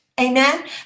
Amen